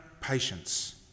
patience